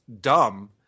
dumb